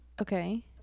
Okay